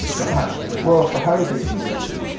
the highway. well, if the highway gets congested,